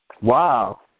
Wow